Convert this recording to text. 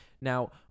Now